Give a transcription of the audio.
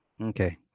Okay